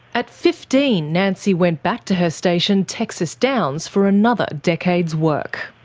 at fifteen nancy went back to her station, texas downs, for another decade's work.